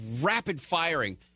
rapid-firing